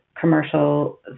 commercial